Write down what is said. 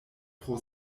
pro